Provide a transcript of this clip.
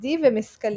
ל-LSD ומסקלין.